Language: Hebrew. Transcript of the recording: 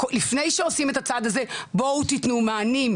לפני שעושים את הצע הזה בואו תתנו מענים,